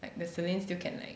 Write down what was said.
like the celiine still can like